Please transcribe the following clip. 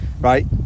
right